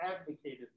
advocated